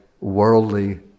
worldly